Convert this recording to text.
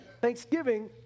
Thanksgiving